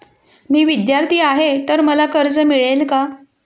मी विद्यार्थी आहे तर मला कर्ज मिळेल का?